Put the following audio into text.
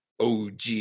OG